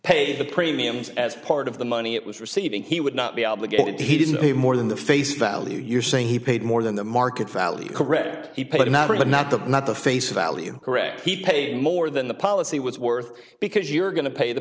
pay the premiums as part of the money it was receiving he would not be obligated to he didn't pay more than the face value you're saying he paid more than the market value correct he put a number but not the not the face value correct he paid more than the policy was worth because you're going to pay the